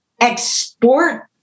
export